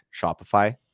shopify